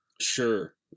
Sure